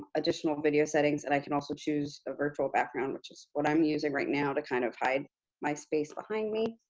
additional video settings, and i can also choose a virtual background, which is what i'm using right now to kind of hide my space behind me.